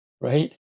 Right